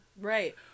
Right